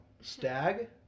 Stag